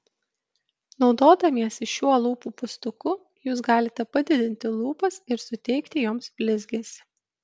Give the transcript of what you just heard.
naudodamiesi šiuo lūpų pūstuku jūs galite padidinti lūpas ir suteikti joms blizgesį